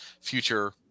future